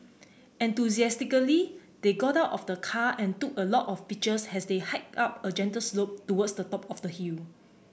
enthusiastically they got out of the car and took a lot of pictures as they hiked up a gentle slope towards the top of the hill